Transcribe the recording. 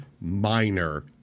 minor